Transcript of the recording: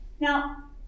Now